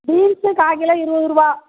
beans கால்கிலோ இருபதுருவா